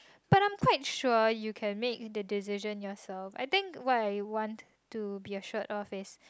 but I'm quite sure you can make the decision yourself I think what I want to be assured of is